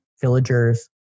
villagers